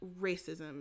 racism